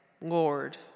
Lord